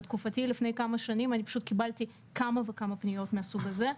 בתקופתי לפני כמה שנים אני פשוט קיבלתי כמה וכמה פניות מהסוג הזה.